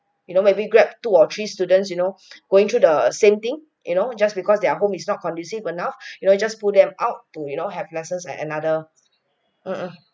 you know maybe grab two or three students you know going through the same thing you know just because their home is not conducive enough you know you just pull them out to you know have lessons at another mmhmm